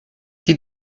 die